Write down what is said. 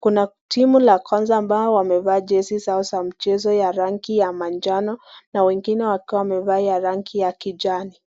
Kuna timu la kwanza ambao wamevaa jezi zao za mchezo ya rangi ya manjano na wengine wakiwa wamevaa ya rangi ya kijani.